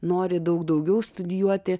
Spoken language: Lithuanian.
nori daug daugiau studijuoti